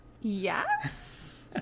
yes